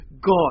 God